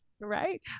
Right